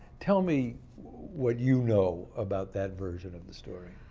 tell me what you know about that version of the story.